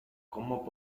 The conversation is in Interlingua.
como